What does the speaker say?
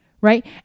Right